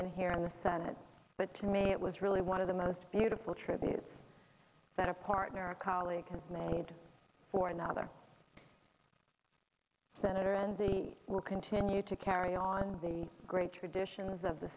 been here in the senate but to me it was really one of the most beautiful tributes that a partner a colleague has made for another senator and the will continue to carry on the great traditions of the